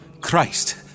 Christ